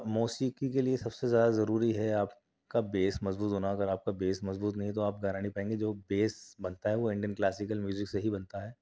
موسیقی کے لئے سب سے زیادہ ضروری ہے آپ کا بیس مضبوط ہونا اگر آپ کا بیس مضبوط نہیں ہے تو آپ گانا نہیں پائیں گے جو بیس بنتا ہے وہ انڈین کلاسیکل میوزک سے ہی بنتا ہے